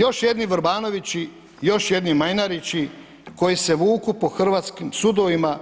Još jedna Vrbanovići, još jedni Majnarići, koji se vuku po hrvatskim sudovima